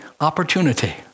opportunity